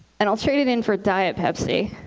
and i'll trade it in for diet pepsi.